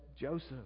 Joseph